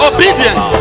Obedience